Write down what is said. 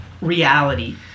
reality